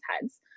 heads